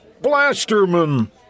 Blasterman